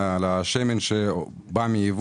20 שנה.